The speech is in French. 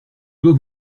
dois